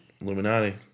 Illuminati